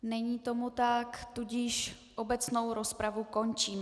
Není tomu tak, tudíž obecnou rozpravu končím.